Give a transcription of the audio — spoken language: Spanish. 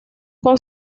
con